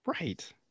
right